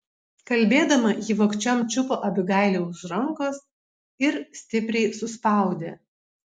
kalbėdama ji vogčiom čiupo abigailę už rankos ir stipriai suspaudė